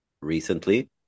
recently